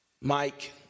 Mike